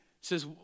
says